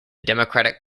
democratic